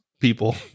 people